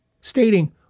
stating